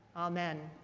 amen.